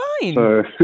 fine